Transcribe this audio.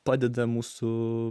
padeda mūsų